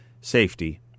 safety